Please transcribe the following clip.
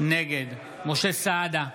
נגד משה סעדה,